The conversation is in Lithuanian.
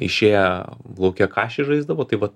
išėję lauke kašį žaisdavo tai vat